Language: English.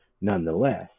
Nonetheless